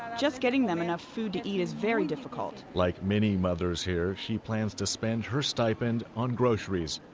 just getting them enough food to eat is very difficult like many mothers here, she plans to spend her stipend on groceries.